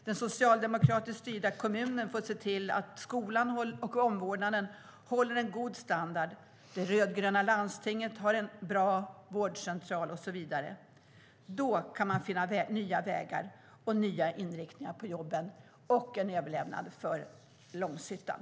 Den socialdemokratiskt styrda kommunen får se till att skolan och omvårdnaden håller en god standard, att det rödgröna landstinget har en bra vårdcentral och så vidare. Då kan man finna nya vägar, nya inriktningar på jobben och en överlevnad för Långshyttan.